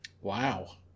Wow